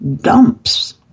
dumps